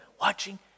Watching